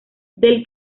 del